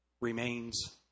remains